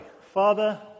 Father